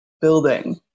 building